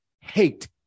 hate